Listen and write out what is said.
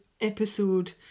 episode